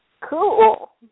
Cool